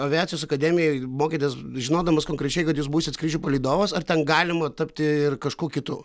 aviacijos akademijoj mokėtės žinodamas konkrečiai kad jūs būsit skrydžių palydovas ar ten galima tapti ir kažkuo kitu